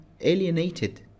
alienated